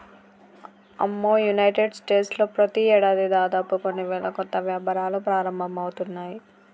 అమ్మో United States లో ప్రతి ఏడాది దాదాపు కొన్ని వేల కొత్త వ్యాపారాలు ప్రారంభమవుతున్నాయి